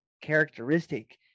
characteristic